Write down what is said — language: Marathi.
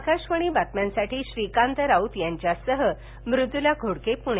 आकाशवाणी बातम्यांसाठी श्रीकांत राऊत यांच्यासह मृदुला घोडके पुणे